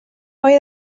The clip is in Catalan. boi